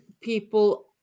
people